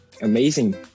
amazing